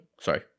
Sorry